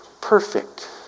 perfect